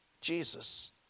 Jesus